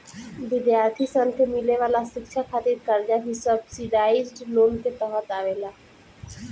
विद्यार्थी सन के मिले वाला शिक्षा खातिर कर्जा भी सब्सिडाइज्ड लोन के तहत आवेला